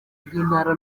rw’intara